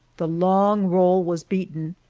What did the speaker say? the long-roll was beaten,